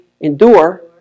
endure